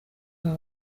bwa